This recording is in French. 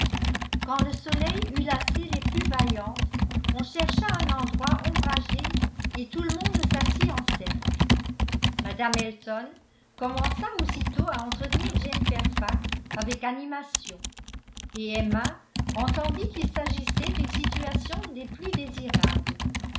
quand le soleil eut lassé les plus vaillantes on chercha un endroit ombragé et tout le monde s'assit en cercle mme elton commença aussitôt à entretenir jane fairfax avec animation et emma entendit qu'il s'agissait d'une situation des plus désirables